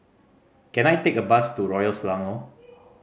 can I take a bus to Royal Selangor